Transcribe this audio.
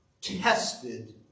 tested